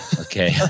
Okay